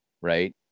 right